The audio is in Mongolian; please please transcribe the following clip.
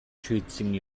шийдсэн